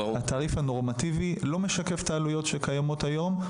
התעריף הנורמטיבי לא משקף את העלויות שקיימות היום,